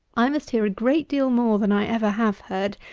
i must hear a great deal more than i ever have heard,